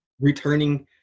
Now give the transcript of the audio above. Returning